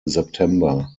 september